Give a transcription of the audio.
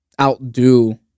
outdo